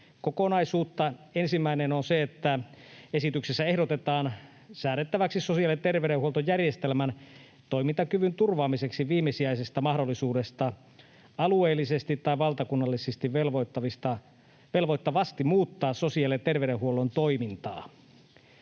Ensimmäinen on se, että esityksessä ehdotetaan säädettäväksi sosiaali‑ ja terveydenhuoltojärjestelmän toimintakyvyn turvaamiseksi viimesijaisesta mahdollisuudesta alueellisesti tai valtakunnallisesti velvoittavasti muuttaa sosiaali‑ ja terveydenhuollon toimintaa.